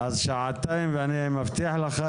ואני מבטיח לך,